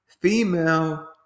female